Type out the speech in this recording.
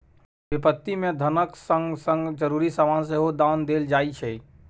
बिपत्ति मे धनक संग संग जरुरी समान सेहो दान देल जाइ छै